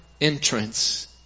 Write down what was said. entrance